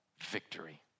victory